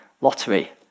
Lottery